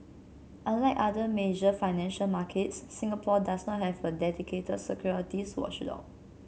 unlike other major financial markets Singapore does not have a dedicated securities watchdog